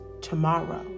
tomorrow